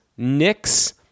Knicks